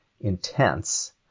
intense